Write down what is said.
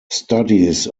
studies